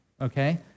okay